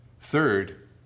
Third